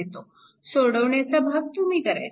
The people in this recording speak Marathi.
सोडवण्याचा भाग तुम्ही करायचा